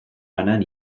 banan